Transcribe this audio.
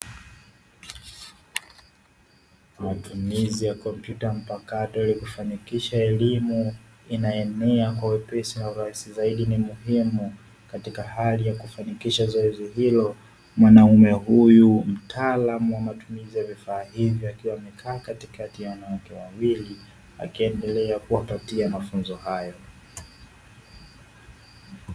Matumizi ya kompyuta mpakato ili kufanikisha elimu inayoenea kwa wepesi na urahisi zaidi ni muhimu katika hali ya kufanikisha zoezi hilo mwanaume huyu mtaalamu wa vifaa hivyo akiwa ameketi katikati ya wanawake wawili akiendelea kuwapatia mafunzo hayo.